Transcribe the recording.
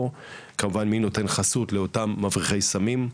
וכמובן מי נותן חסות לאותם מבריחי סמים,